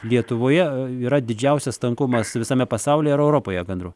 lietuvoje yra didžiausias tankumas visame pasaulyje ar europoje gandrų